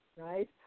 right